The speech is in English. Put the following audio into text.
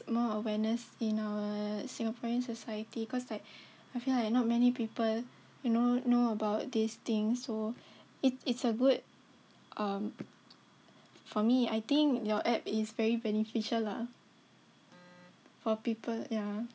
more awareness in our Singaporean society cause like I feel like not many people you know know about these things so it it's a good um for me I think your app is very beneficial lah for people yeah